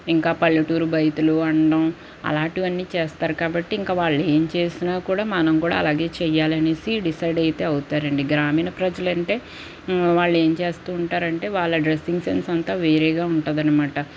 ఇంకా పల్లెటూరి బయతులు అనడం అలాంటివన్నీ చేస్తారు కాబట్టి ఇంకా వాళ్ళేం చేసినా కూడా మనం కూడా అలాగే చెయ్యాలనేసి డిసైడ్ అయితే అవుతారండి గ్రామీణ ప్రజలంటే వాళ్ళేం చేస్తూ ఉంటారంటే వాళ డ్రస్సింగ్ సెన్స్ అంతా వేరేగా ఉంటుందనమాట